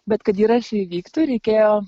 bet kad įrašai vyktų reikėjo